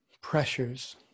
pressures